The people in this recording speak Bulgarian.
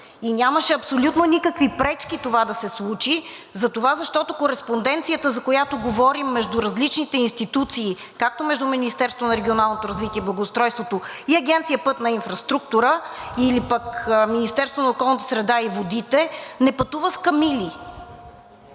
и нямаше абсолютно никакви пречки това да се случи, защото кореспонденцията, за която говорим, между различните институции – както между Министерство на регионалното развитие и благоустройството и Агенция „Пътна инфраструктура“ или пък Министерство на околната среда и водите, не пътува с камили.